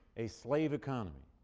a slave economy.